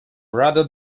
rather